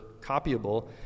copyable